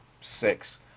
six